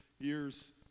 year's